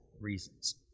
reasons